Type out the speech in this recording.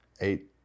eight